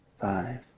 five